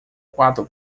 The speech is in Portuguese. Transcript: quatro